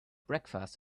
breakfast